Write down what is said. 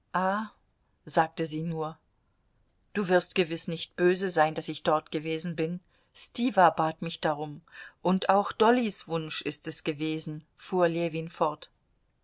sagte sie nur du wirst gewiß nicht böse sein daß ich dort gewesen bin stiwa bat mich darum und auch dollys wunsch ist es gewesen fuhr ljewin fort